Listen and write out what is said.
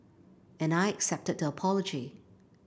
and I accepted the apology